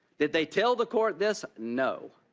did they tell the court this? no.